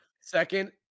second